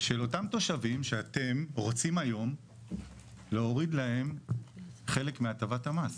של אותם תושבים שאתם רוצים היום להוריד להם חלק מהטבת המס.